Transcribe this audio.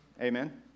Amen